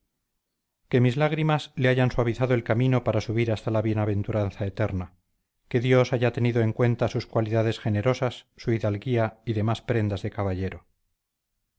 que mis lágrimas le hayan suavizado el camino para subir hasta la bienaventuranza eterna que dios haya tenido en cuenta sus cualidades generosas su hidalguía y demás prendas de caballero